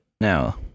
now